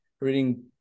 reading